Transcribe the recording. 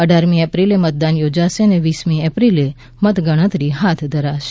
અઢારમી એપ્રિલે મતદાન યોજાશે અને વીસમી એપ્રિલે મતગણતરી હાથ ધરાશે